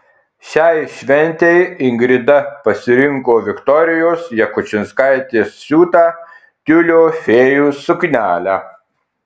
šiai šventei ingrida pasirinko viktorijos jakučinskaitės siūtą tiulio fėjų suknelę